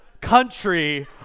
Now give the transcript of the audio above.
country